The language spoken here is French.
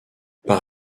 par